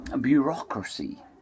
bureaucracy